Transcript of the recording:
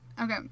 Okay